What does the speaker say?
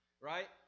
Right